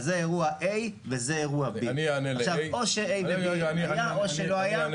אז זה אירוע A וזה אירוע B. או ש-A ו-B היה או שלא היה.